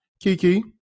Kiki